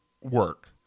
work